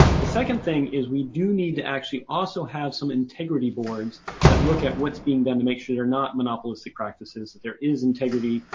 the second thing is we do need to actually also have some integrity boards that look at what's being done to make sure there are not monopolistic practices there is integrity,